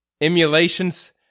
emulations